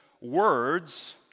words